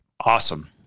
Awesome